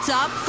Top